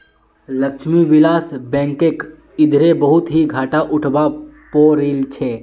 लक्ष्मी विलास बैंकक इधरे बहुत ही घाटा उठवा पो रील छे